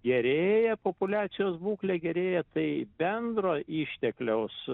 gerėja populiacijos būklė gerėja tai bendro ištekliaus